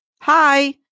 Hi